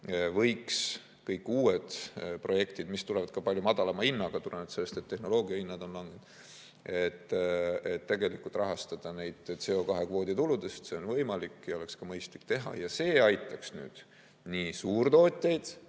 võiks kõiki uusi projekte, mis tulevad ka palju madalama hinnaga tulenevalt sellest, et tehnoloogiahinnad on langenud, tegelikult rahastada CO2kvoodi tuludest. See on võimalik, seda oleks mõistlik teha ja see aitaks nüüd nii suurtootjaid